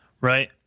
Right